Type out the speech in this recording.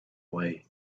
way